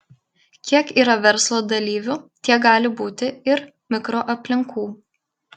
kiek yra verslo dalyvių tiek gali būti ir mikroaplinkų